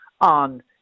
on